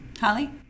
Holly